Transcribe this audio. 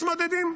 מתמודדים.